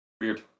weird